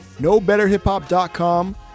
NoBetterHipHop.com